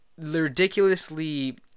ridiculously